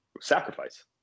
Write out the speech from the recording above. sacrifice